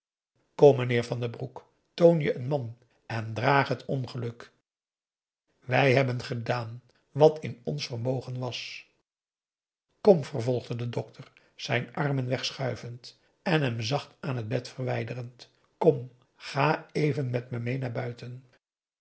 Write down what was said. mijnheer van den broek toon je een man en draag het ongeluk wij hebben gedaan wat in ons vermogen was kom vervolgde de dokter zijn armen wegschuivend p a daum hoe hij raad van indië werd onder ps maurits en hem zacht van het bed verwijderend kom ga even met me meê naar buiten